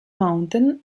mountain